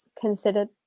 considered